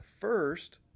first